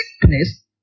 sickness